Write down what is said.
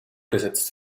gesetzt